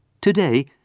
Today